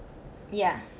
ya